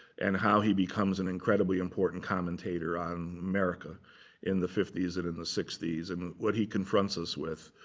and how he becomes an incredibly important commentator on america in the fifty s and in the sixty s, and what he confronts us with.